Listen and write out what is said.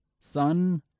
sun